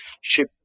ship